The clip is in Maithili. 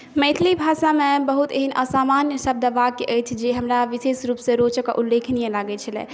मैथिली भाषामे बहुत एहन असामान्य शब्द वाक्य अछि जे हमरा विशेष रूपसँ रोचक आओर उल्लेखनीय लागैत छलै